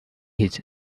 his